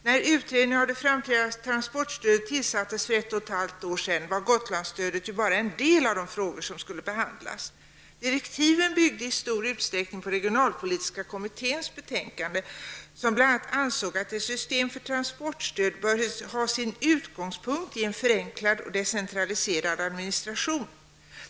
När utredningen om framtida transportstödet tillsattes för ett och ett halvt år sedan var Gotlandsstödet bara en del av de frågor som skulle behandlas. Direktiven byggde i stor utsträckning på betänkandet från regionalpolitiska kommittén, som bl.a. ansåg att ett system för transportstöd ''bör ha sin utgångspunkt i en förenklad och decentraliserad administration''.